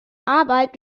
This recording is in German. arbeit